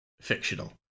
fictional